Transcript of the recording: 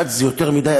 אחד זה יותר מדי.